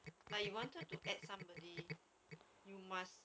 ya ah ya especially whatsapp